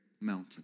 mountain